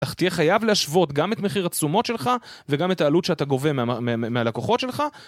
אך תהיה חייב להשוות גם את מחיר התשומות שלך וגם את העלות שאתה גובה מהלקוחות שלך